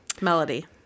Melody